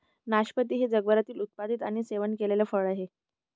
नाशपाती हे जगभरात उत्पादित आणि सेवन केलेले फळ आहे